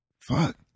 Fuck